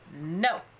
No